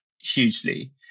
hugely